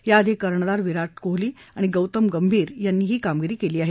याआधी कर्णधार विराट कोहली आणि गौतम गर्भीर यांनी ही कामगिरी केली आहे